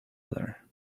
other